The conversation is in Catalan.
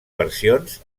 versions